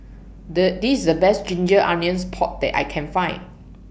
The This IS The Best Ginger Onions Pork that I Can Find